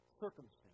circumstance